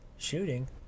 shooting